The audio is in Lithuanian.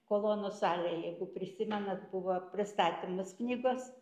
kolonų salėj jeigu prisimenat buvo pristatymas knygos